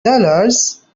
dollars